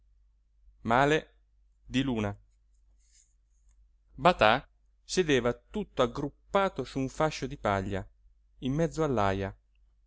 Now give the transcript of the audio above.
la gente batà sedeva tutto aggruppato su un fascio di paglia in mezzo